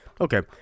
Okay